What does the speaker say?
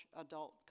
adult